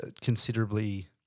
considerably